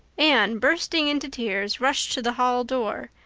anne, bursting into tears, rushed to the hall door,